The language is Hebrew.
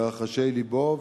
לרחשי לבו,